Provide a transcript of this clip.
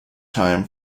time